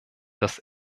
das